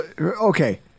okay